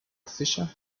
fisher